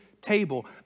table